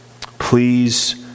Please